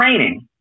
training